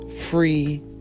free